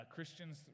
Christians